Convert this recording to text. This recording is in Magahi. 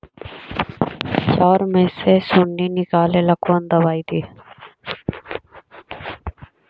चाउर में से सुंडी निकले ला कौन दवाई दी?